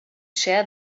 shear